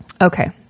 Okay